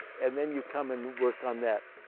and then you come and work on that.